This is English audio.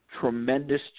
tremendous